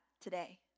today